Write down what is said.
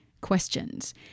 questions